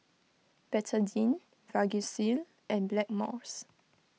Betadine Vagisil and Blackmores